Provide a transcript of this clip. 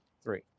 Three